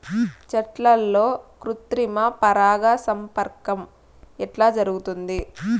చెట్లల్లో కృత్రిమ పరాగ సంపర్కం ఎట్లా జరుగుతుంది?